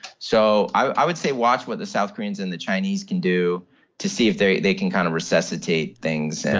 so i would say watch what the south koreans and the chinese can do to see if they they can kind of resuscitate things and.